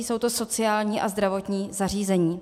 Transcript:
Jsou to sociální a zdravotní zařízení.